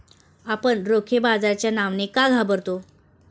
आपण रोखे बाजाराच्या नावाने का घाबरता?